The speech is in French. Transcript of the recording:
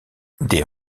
des